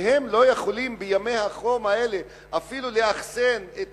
והם לא יכולים בימי החום האלה אפילו לאחסן את